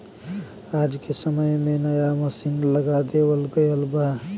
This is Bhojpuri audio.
आज के समय में नया मसीन लगा देवल गयल बा